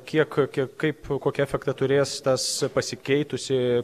kiek ir kaip kokia efektą turės tas pasikeitusi